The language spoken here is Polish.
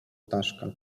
ptaszka